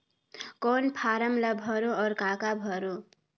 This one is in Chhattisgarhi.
कौन फारम ला भरो और काका भरो?